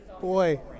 boy